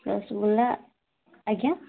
ରସ୍ଗୁଲା ଆଜ୍ଞା